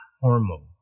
hormone